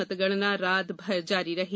मतगणना रात भर जारी रही